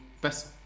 best